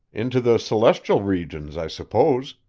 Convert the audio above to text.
into the celestial regions, i suppose,